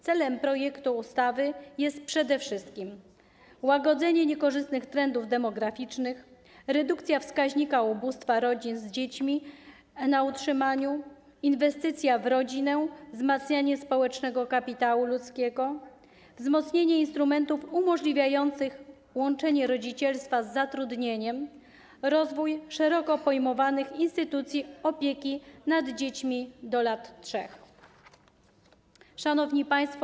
Celem projektu ustawy jest przede wszystkim łagodzenie niekorzystnych trendów demograficznych, redukcja wskaźnika ubóstwa rodzin z dziećmi na utrzymaniu, inwestycja w rodzinę, wzmacnianie społecznego kapitału ludzkiego, wzmocnienie instrumentów umożliwiających łączenie rodzicielstwa z zatrudnieniem i rozwój szeroko pojmowanych instytucji opieki nad dziećmi do lat 3. Szanowni Państwo!